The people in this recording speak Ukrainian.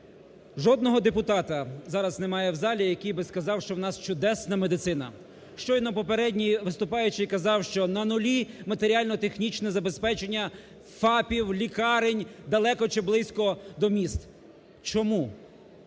Жодного депутата зараз немає в залі, який би сказав, що в нас чудесна медицина. Щойно попередній виступаючий казав, що на нулі матеріально-технічне забезпечення ФАПів, лікарень далеко чи близько до міст. Чому?